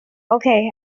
okay